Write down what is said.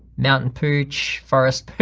mountain pooch, forest pooch.